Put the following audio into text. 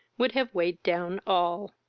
would have weighed down all.